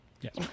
Yes